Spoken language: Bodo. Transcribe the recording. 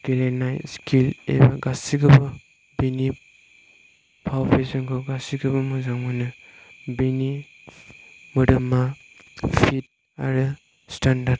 गेलेनाय स्किल एबा गासिखौबो फाव फेशनखौ गासिखौबो मोजां मोनो बिनि मोदोमा फिट आरो स्टेन्डार्ट